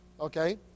okay